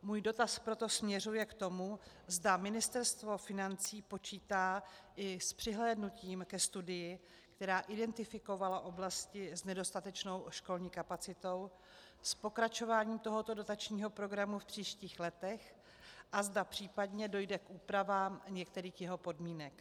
Můj dotaz proto směřuje k tomu, zda Ministerstvo financí počítá i s přihlédnutím ke studii, která identifikovala oblasti s nedostatečnou školní kapacitou, s pokračováním tohoto dotačního programu v příštích letech a zda případně dojde k úpravám některých jeho podmínek.